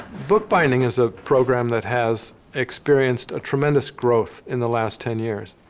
bookbinding is a program that has experienced a tremendous growth in the last ten years.